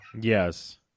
Yes